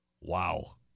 wow